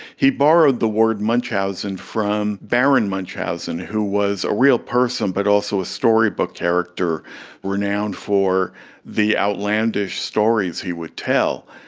he borrowed the word munchausen from baron munchausen who was a real person but also a storybook character renowned for the outlandish stories he would tell.